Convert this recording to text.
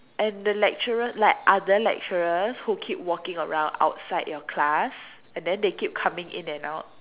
and the lecturer like other lecturers who keep walking around outside your class and then they keep coming in and out